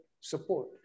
support